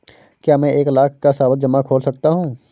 क्या मैं एक लाख का सावधि जमा खोल सकता हूँ?